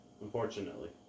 Unfortunately